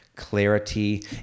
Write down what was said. clarity